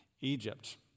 Egypt